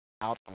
out